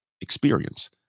experience